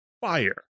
fire